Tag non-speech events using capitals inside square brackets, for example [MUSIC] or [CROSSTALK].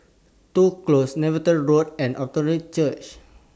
Toh Close Netheravon Road and [UNINTELLIGIBLE] Church